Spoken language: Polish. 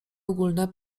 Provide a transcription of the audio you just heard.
ogólne